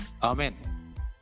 Amen